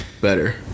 Better